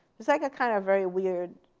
it's like a kind of very weird